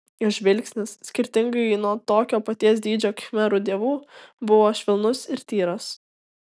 jos žvilgsnis skirtingai nuo tokio paties dydžio khmerų dievų buvo švelnus ir tyras